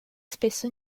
spesso